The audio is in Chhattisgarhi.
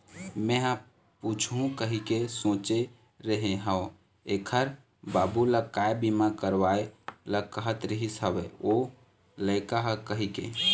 मेंहा पूछहूँ कहिके सोचे रेहे हव ऐखर बाबू ल काय बीमा करवाय ल कहत रिहिस हवय ओ लइका ह कहिके